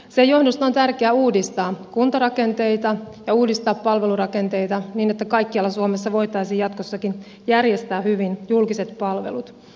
sen johdosta on tärkeää uudistaa kuntarakenteita ja uudistaa palvelurakenteita niin että kaikkialla suomessa voitaisiin jatkossakin järjestää julkiset palvelut hyvin